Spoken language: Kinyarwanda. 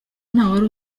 ntawari